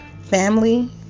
family